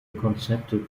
konzepte